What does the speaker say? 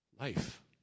life